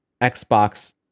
Xbox